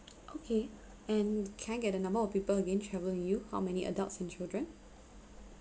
okay and can I get the number of people who'll then travel with you how many adults and children